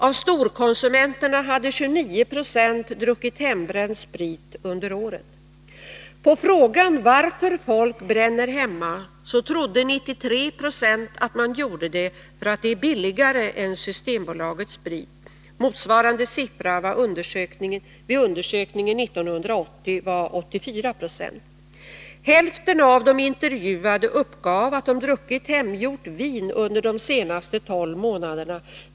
Av storkonsumenterna hade 29 Zo druckit hembränd sprit under året. På frågan varför folk bränner hemma svarade 93 96 att de trodde att man gjorde det för att det är billigare än Systembolagets sprit. Motsvarande siffra vid undersökningen 1980 var 84 96. Hälften av de intervjuade uppgav att de druckit hemgjort vin under de senaste 12 månaderna.